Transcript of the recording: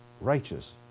righteous